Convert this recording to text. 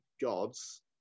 gods